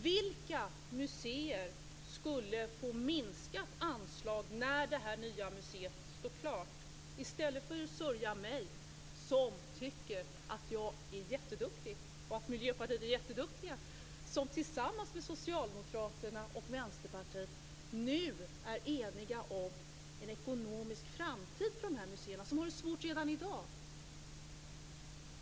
Vilka museer skall få minskat anslag när det nya museet står klart? Inger Davidson beklagar mig, som tycker att jag är jätteduktig och att Miljöpartiet är jätteduktigt. Tillsammans med socialdemokraterna och Vänsterpartiet är vi nu eniga om en ekonomisk framtid för dessa museer som har det svårt redan i dag.